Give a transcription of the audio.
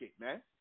man